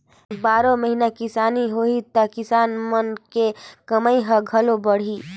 बारो महिना किसानी होही त किसान मन के कमई ह घलो बड़ही